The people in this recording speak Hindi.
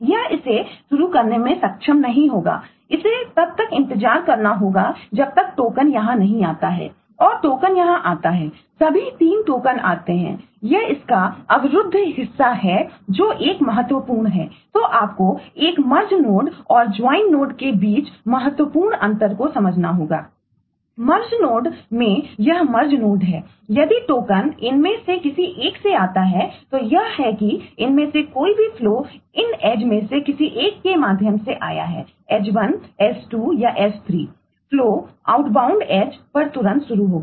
यह इसे शुरू करने में सक्षम नहीं होगा इसे तब तक इंतजार करना होगा जब तक टोकन पर तुरंत शुरू होगा